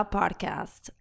podcast